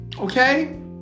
okay